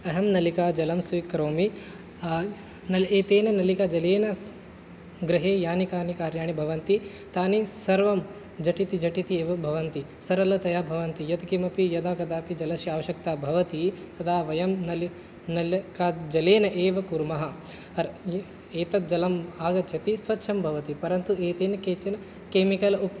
अहं नलिका जलं स्वीकरोमि एतेन नलिकाजलेन गृहे यानि कानि कार्याणि भवन्ति तानि सर्वं झटिति झटिति एव भवन्ति सरलतया भवन्ति यत्किमपि यदा कदापि जलस्य आवश्यकता भवति तदा वयं नल् नल् नलिकाजलेन एव कुर्मः एतद् जलम् आगच्छति स्वच्छं भवति परन्तु एतेन केचन केमिकल्